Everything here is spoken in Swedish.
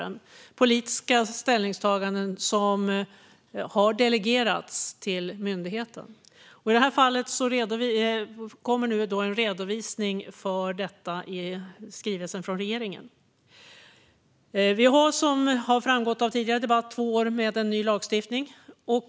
Det är politiska ställningstaganden som har delegerats till myndigheten. I det här fallet kommer nu en redovisning av detta i skrivelsen från regeringen. Vi har, som framgått av tidigare debatt, haft en ny lagstiftning i två år.